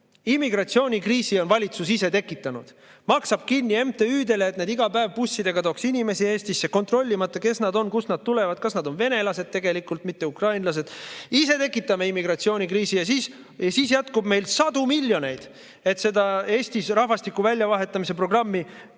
Immigratsioonikriisi on valitsus ise tekitanud, makstes MTÜ-dele, et need iga päev bussidega tooks inimesi Eestisse, kontrollimata, kes nad on ja kust nad tulevad ning kas nad pole tegelikult mitte venelased. Ise tekitame immigratsioonikriisi ja siis jätkub meil sadu miljoneid, et see Eesti rahvastiku väljavahetamise programm